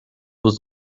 was